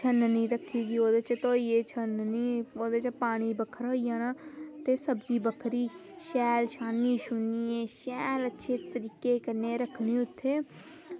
छननी रक्खी दी ते ओह्दे धोइयै छननी ओह्दे च पानी बक्खरा होई जाना ते सब्ज़ी बक्खरी शैल छानियै अच्छे तरीके कन्नै रक्खनी उत्थें